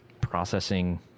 processing